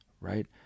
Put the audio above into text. right